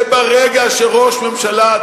שברגע שראש הממשלה,